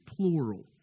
plural